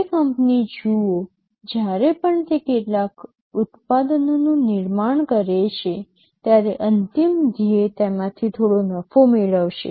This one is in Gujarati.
કોઈ કંપની જુઓ જ્યારે પણ તે કેટલાક ઉત્પાદનોનું નિર્માણ કરે છે ત્યારે અંતિમ ધ્યેય તેમાંથી થોડો નફો મેળવશે